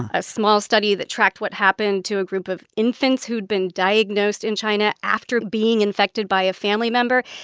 a small study that tracked what happened to a group of infants who'd been diagnosed in china after being infected by a family member,